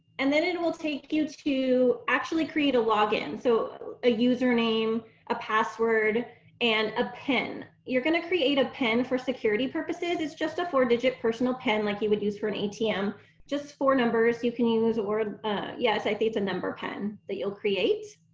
and then it will take you to actually create a login so a username a password and a pin you're gonna create a pin for security purposes, it's just a four digit personal pin like you would use for an atm just four numbers you can use a word yes i think it's a number pin that you'll create.